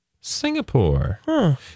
Singapore